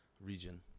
region